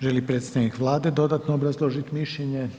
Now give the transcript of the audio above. Želi li predstavnik Vlade dodatno obrazložit mišljenje?